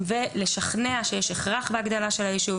לכאורה היה מיון לפני המיון.